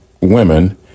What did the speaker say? women